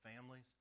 families